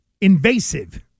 invasive